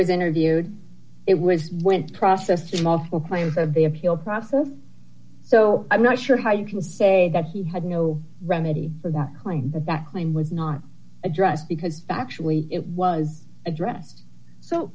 was interviewed it was with process to multiple claims of the appeals process so i'm not sure how you can say that he had no remedy for that claim that claim was not addressed because factually it was address so